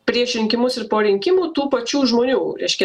prieš rinkimus ir po rinkimų tų pačių žmonių reiškia